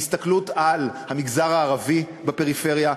הוא הסתכלות על המגזר הערבי בפריפריה,